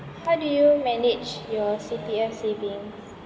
how do you manage your C_P_F savings